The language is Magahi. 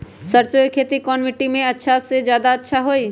सरसो के खेती कौन मिट्टी मे अच्छा मे जादा अच्छा होइ?